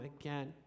again